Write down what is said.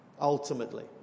ultimately